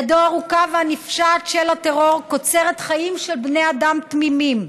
ידו הארוכה והנפשעת של הטרור קוצרת חיים של בני אדם תמימים.